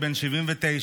בן 79,